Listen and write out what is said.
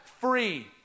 free